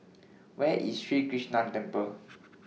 Where IS Sri Krishnan Temple